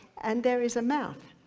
and there is a mouth.